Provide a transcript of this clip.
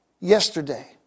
yesterday